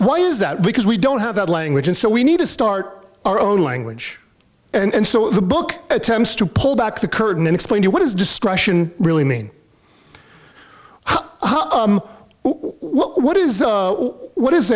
why is that because we don't have that language and so we need to start our own language and so the book attempts to pull back the curtain and explain what is discretion really mean what is what is